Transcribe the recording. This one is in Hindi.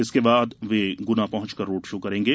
इसके बाद वे गुना पहुंचकर रोड शो करेंगे